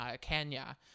Kenya